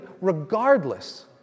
regardless